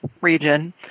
region